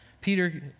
Peter